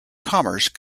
commerce